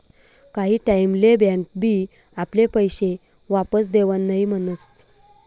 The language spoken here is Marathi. काही टाईम ले बँक बी आपले पैशे वापस देवान नई म्हनस